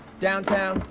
downtown.